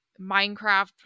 Minecraft